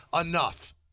enough